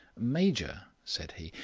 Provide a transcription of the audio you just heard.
major, said he,